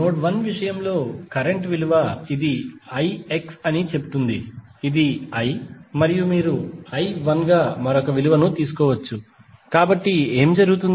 node 1 విషయంలో current విలువ ఇదిixఅని చెప్తుంది ఇది I మరియు ఇది మీరు I1 గా మరొక విలువను తీసుకోవచ్చు కాబట్టి ఏమి జరుగుతుంది